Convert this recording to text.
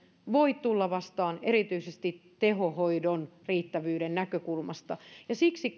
voi tulla vastaan erityisesti tehohoidon riittävyyden näkökulmasta siksi